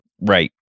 Right